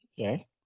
Okay